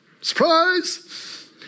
surprise